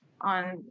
on